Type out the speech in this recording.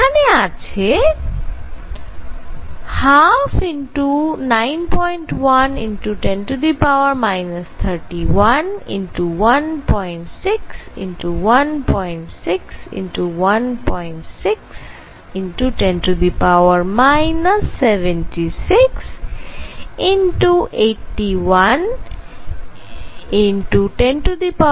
এখানে আছে 1291×10 3116×16×16×16×10 76 81×101810 68